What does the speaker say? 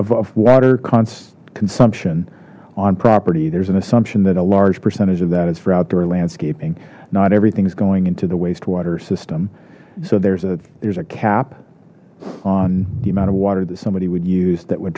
of water consumption on property there's an assumption that a large percentage of that is for outdoor landscaping not everything's going into the wastewater system so there's a there's a cap on the amount of water that somebody would use that would